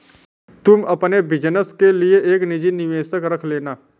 तुम अपने बिज़नस के लिए एक निजी निवेशक रख लेना